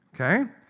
Okay